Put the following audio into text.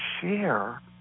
share